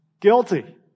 guilty